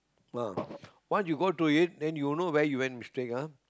well once you go through it then you'll know when you make mistake ah